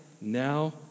now